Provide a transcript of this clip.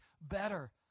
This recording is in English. better